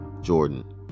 Jordan